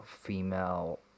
female